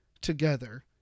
together